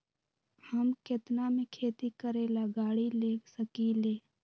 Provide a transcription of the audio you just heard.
हम केतना में खेती करेला गाड़ी ले सकींले?